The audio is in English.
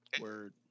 Word